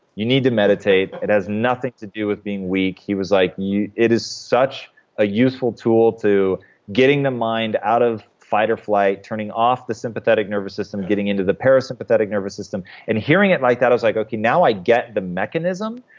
you need to meditate it has nothing to do with being weak. he was like, it is such a useful tool to getting the mind out of fight or flight, turning off the sympathetic nervous system, getting into the parasympathetic nervous system. and hearing it like that, i was like, okay, now i get the mechanism.